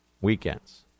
weekends